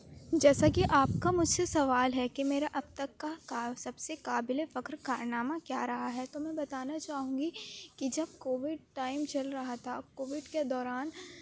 جیسا کہ آپ کا مجھ سے سوال ہے کہ میرا اب تک کا سب سے قابل فخر کارنامہ کیا رہا ہے تو میں بتانا چاہوں گی کہ جب کووڈ ٹائم چل رہا تھا کووڈ کے دوران